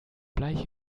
bleich